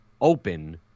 open